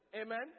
amen